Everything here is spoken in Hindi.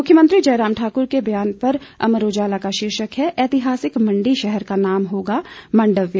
मुख्यमंत्री जयराम ठाक़्र के बयान पर अमर उजाला का शीर्षक है ऐतिहासिक मंडी शहर का नाम होगा मांडव्य